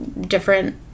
different